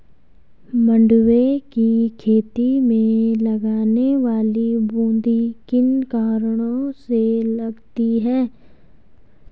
मंडुवे की खेती में लगने वाली बूंदी किन कारणों से लगती है?